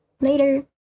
Later